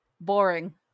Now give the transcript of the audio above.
Boring